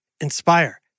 inspire